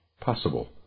possible